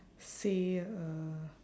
say a